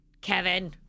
Kevin